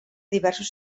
diversos